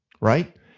Right